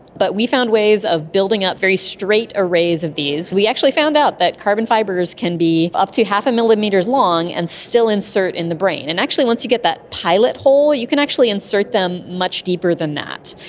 but we found ways of building up very straight arrays of these. we actually found out that carbon fibres can be up to half a millimetre long and still insert in the brain. and actually once you get that pilot hole you could actually insert them much deeper than that.